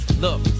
Look